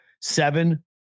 seven